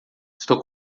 estou